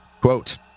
Quote